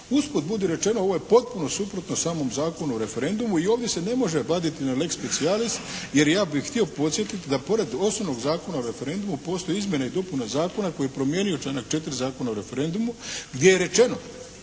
Usput budi rečeno ovo je potpuno suprotno samom Zakonu o referendumu i ovdje se ne može vaditi na lex specialis jer ja bih htio podsjetiti da pored osnovnog Zakona o referendumu postoje izmjene i dopune zakona koji je promijenio članak 4. Zakona o referendumu gdje je rečeno